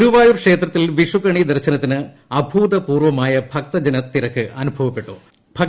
ഗുരുവായൂർ ക്ഷേത്രത്തിൽ വിഷു കണി ദർശനത്തിന് അഭൂതപൂർവ്വമായ ഭക്തജനത്തിരക്കനുഭവപ്പെട്ടു